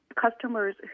customers